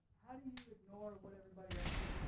how do you ignore what everybody else is